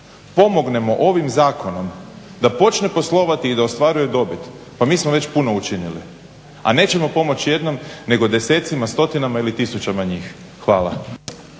pomognemo ovim zakonom da počne poslovati i da ostvaruje dobit, pa mi smo već puno učinili. A nećemo pomoći jednom nego desecima, stotinama ili tisućama njih. Hvala.